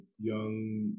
young